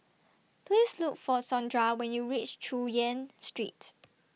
Please Look For Sondra when YOU REACH Chu Yen Street